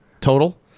total